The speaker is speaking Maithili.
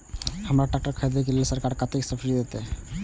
हमरा ट्रैक्टर खरदे के लेल सरकार कतेक सब्सीडी देते?